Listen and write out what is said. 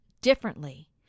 differently